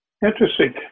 Interesting